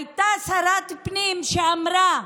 הייתה שרת פנים שאמרה: